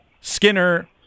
Skinner